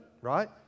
right